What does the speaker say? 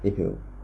if you